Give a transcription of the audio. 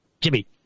Jimmy